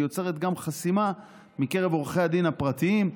יוצרת גם חסימה מקרב עורכי הדין הפרטיים,